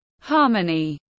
harmony